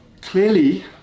Clearly